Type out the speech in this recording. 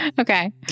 Okay